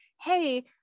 Hey